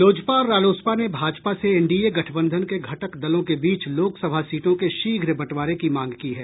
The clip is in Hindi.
लोजपा और रालोसपा ने भाजपा से एनडीए गठबंधन के घटक दलों के बीच लोकसभा सीटों के शीघ्र बंटवारें की मांग की है